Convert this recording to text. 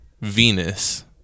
Venus